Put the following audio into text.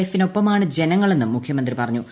എഫിനൊപ്പമാണ് ജനങ്ങളെന്നും മുഖ്യമന്ത്രി പറഞ്ഞു